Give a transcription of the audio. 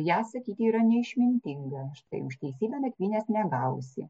ją sakyti yra neišmintinga štai už teisybę nakvynės negausi